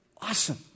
awesome